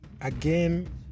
again